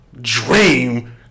dream